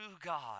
God